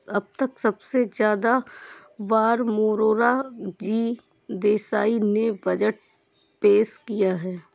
अब तक सबसे ज्यादा बार मोरार जी देसाई ने बजट पेश किया है